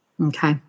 Okay